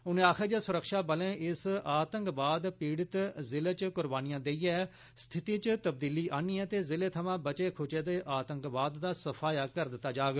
उनें आक्खेआ जे सुरक्षा बलें इस आतंकवाद पीड़ित ज़िले च कुबार्नियां देईयै स्थिति च तबदीली आन्नी ऐ ते ज़िले थवां बचे खुचे दे आतंकवाद दा सफाया करी दित्ता जाग